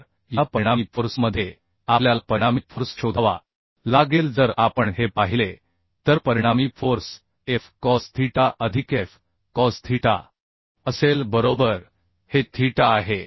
तर या परिणामी फोर्स मध्ये आपल्याला परिणामी फोर्स शोधावा लागेल जर आपण हे पाहिले तर परिणामी फोर्स F cos थीटा अधिक F cos थीटा असेल बरोबर हे थीटा आहे